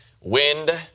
wind